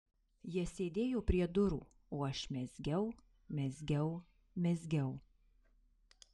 jis sėdėjo prie durų o aš mezgiau mezgiau mezgiau